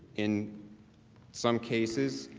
in some cases,